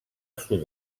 sud